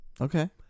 Okay